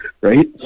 Right